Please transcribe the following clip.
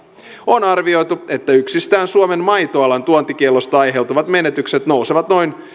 on arvioitu että yksistään suomen maitoalan tuontikiellosta aiheutuvat menetykset nousevat noin